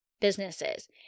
businesses